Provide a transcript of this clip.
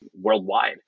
worldwide